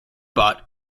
bought